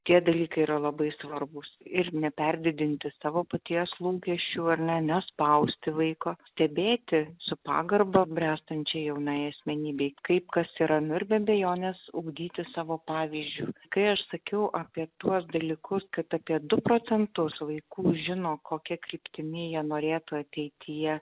tie dalykai yra labai svarbūs ir neperdidinti savo paties lūkesčių ar ne nespausti vaiko stebėti su pagarba bręstančiai jaunai asmenybei kaip kas yra nu ir be abejonės ugdyti savo pavyzdžiu kai aš sakiau apie tuos dalykus kad apie du procentus vaikų žino kokia kryptimi jie norėtų ateityje